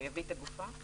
הוא יביא את הגופה?